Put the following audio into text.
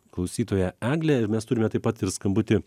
klausytoja eglė ir mes turime taip pat ir skambutį